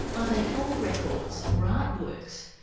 are they health records, or artworks?